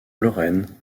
lorraine